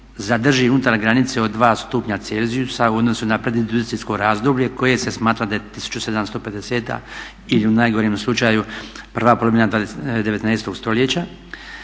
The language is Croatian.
zadrži unutar granice od 2 stupnja celzijusa u odnosu na …/Govornik se ne razumije./… razdoblje koje se smatra da je 1750. ili u najgorem slučaju prva polovina 19. stoljeća